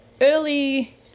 early